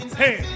hey